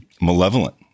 malevolent